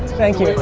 thank you.